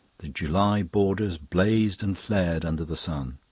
the july borders blazed and flared under the sun.